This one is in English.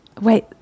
Wait